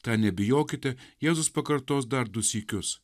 tą nebijokite jėzus pakartos dar du sykius